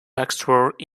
backstroke